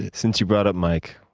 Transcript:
since you brought up mike,